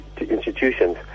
institutions